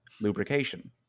lubrication